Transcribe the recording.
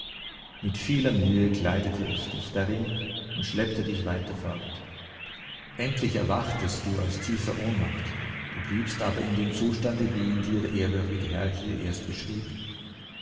mit vieler mühe kleidete ich dich darin und schleppte dich weiter fort endlich erwachtest du aus tiefer ohnmacht du bliebst aber in dem zustande wie ihn dir der ehrwürdige herr hier erst beschrieben